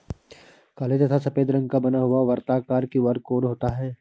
काले तथा सफेद रंग का बना हुआ वर्ताकार क्यू.आर कोड होता है